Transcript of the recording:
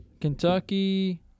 Kentucky